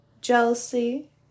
jealousy